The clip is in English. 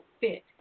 fit